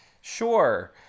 Sure